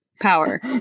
Power